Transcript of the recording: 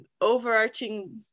overarching